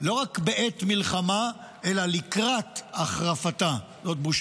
ויהיו אלה שרק יתארגנו לקראת, ברית